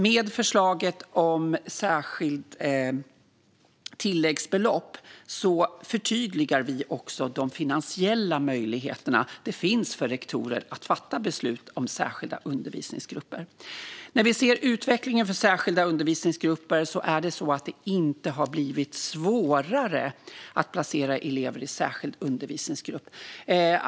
Med förslaget om särskilt tilläggsbelopp förtydligar vi vilka finansiella möjligheter det finns för rektorer att fatta beslut om särskilda undervisningsgrupper. När vi tittar på utvecklingen för särskilda undervisningsgrupper kan vi se att det inte har blivit svårare att placera elever i sådana.